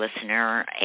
Listener